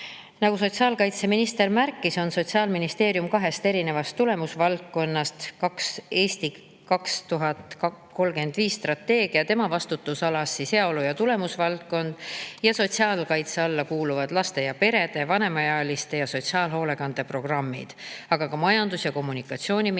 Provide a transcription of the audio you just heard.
Nagu sotsiaalkaitseminister märkis, on Sotsiaalministeeriumi kahest erinevast tulemusvaldkonnast strateegias "Eesti 2035" tema vastutusalas heaolu ja tulemusvaldkond ning sotsiaalkaitse alla kuuluvad laste ja perede, vanemaealiste ja sotsiaalhoolekande programmid, aga ka Majandus‑ ja Kommunikatsiooniministeeriumiga